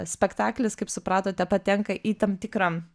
spektaklis kaip supratote patenka į tam tikrą